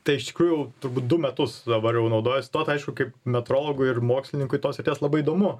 tai iš tikrųjų turbūt du metus dabar jau naudojuosi tuo tai aišku kaip metrologui ir mokslininkui tos srities labai įdomu